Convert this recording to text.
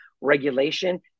regulation